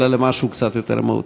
אלא משהו קצת יותר מהותי.